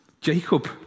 Jacob